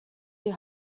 die